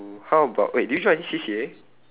how about wait did you join any C_C_A